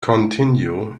continue